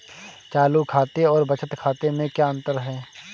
चालू खाते और बचत खाते में क्या अंतर है?